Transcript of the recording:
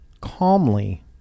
calmly